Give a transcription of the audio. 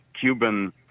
cuban